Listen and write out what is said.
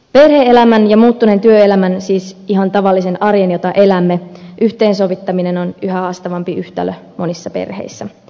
perhe elämän ja muuttuneen työelämän siis ihan tavallisen arjen jota elämme yhteensovittaminen on yhä haastavampi yhtälö monissa perheissä